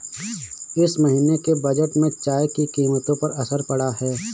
इस महीने के बजट में चाय की कीमतों पर असर पड़ा है